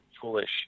foolish